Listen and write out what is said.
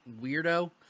weirdo